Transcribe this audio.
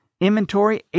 inventory